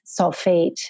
sulfate